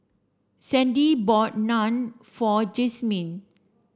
Sandi bought Naan for Jazmyne